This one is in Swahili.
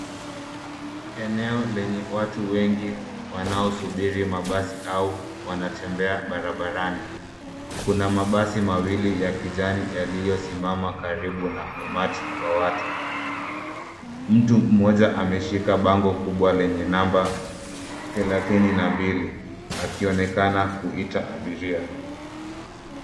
Eneo lenye watu wengi wanaosubiri mabasi au wanatembea barabarani. Kuna mabasi mawili ya kijani yaliyosimama karibu na umati wa watu. Mtu mmoja ameshika bango kubwa lenye namba 32, akionekana kuita abiria.